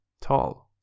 tall